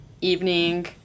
evening